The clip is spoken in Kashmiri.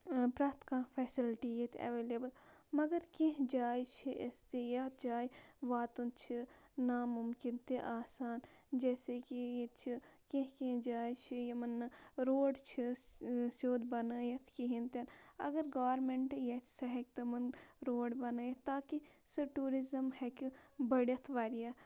پرٛٮ۪تھ کانٛہہ فٮ۪سَلٹی ییٚتہِ اٮ۪وٮ۪لیبٕل مگر کیٚنٛہہ جایہِ چھِ أسۍ تہِ یَتھ جایہِ واتُن چھِ نا مُمکِن تہِ آسان جیسے کہِ ییٚتہِ چھِ کیٚنٛہہ کیٚنٛہہ جاے چھِ یِمَن نہٕ روڈ چھِ سیوٚد بَنٲیِتھ کِہیٖنۍ تہِ نہٕ اگر گورمٮ۪نٛٹ یَژھِ سُہ ہٮ۪کہِ تِمَن روڈ بَنٲیِتھ تاکہِ سُہ ٹوٗرِزٕم ہٮ۪کہِ بٔڑِتھ واریاہ